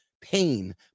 pain